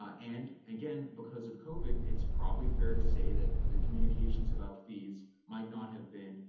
ah and again, because of covid, it's probably fair to say that the communications about fees might not have been,